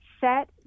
set